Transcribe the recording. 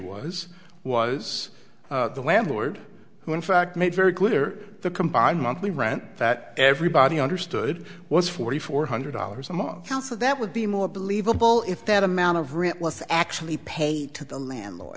was was the landlord who in fact made very clear the combined monthly rent that everybody understood was forty four hundred dollars a month also that would be more believable if that amount of rent was actually paid to the landlord